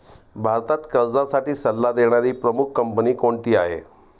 भारतात कर्जासाठी सल्ला देणारी प्रमुख कंपनी कोणती आहे?